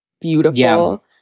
beautiful